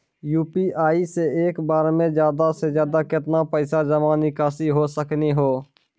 UPI से एक बार मे ज्यादा से ज्यादा केतना पैसा जमा निकासी हो सकनी हो?